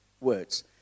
words